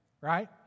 right